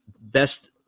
best